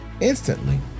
instantly